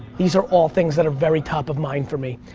these are all things that are very top of mind for me.